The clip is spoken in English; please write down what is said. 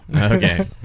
Okay